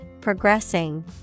progressing